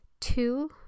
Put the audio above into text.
Two